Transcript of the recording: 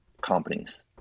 companies